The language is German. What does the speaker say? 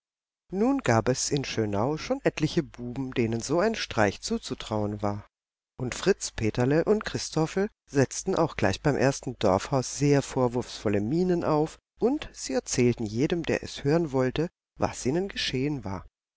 nun gab es in schönau schon etliche buben denen so ein streich zuzutrauen war und fritz peterle und christophel setzten auch gleich beim ersten dorfhaus sehr vorwurfsvolle mienen auf und sie erzählten jedem der es nur hören wollte was ihnen geschehen war